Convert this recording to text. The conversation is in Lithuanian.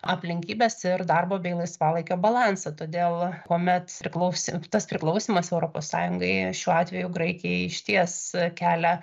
aplinkybes ir darbo bei laisvalaikio balansą todėl kuomet priklausi tas priklausymas europos sąjungai šiuo atveju graikijai išties kelia